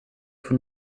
von